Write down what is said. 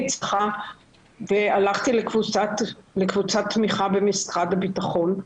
הלכתי לקבוצת תמיכה במשרד הביטחון,